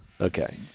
Okay